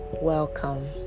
Welcome